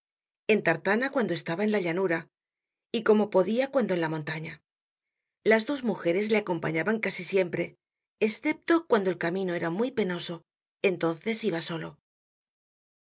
en tartana cuando estaba en la llanura y como podia cuando en la montaña las dos mujeres le acompañaban casi siempre escepto cuando el camino era muy penoso entonces iba solo un